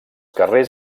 carrers